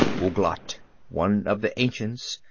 ouglat, one of the ancients,